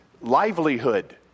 livelihood